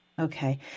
Okay